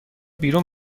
بیرون